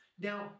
Now